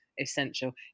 essential